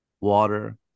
water